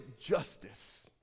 justice